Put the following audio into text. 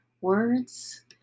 words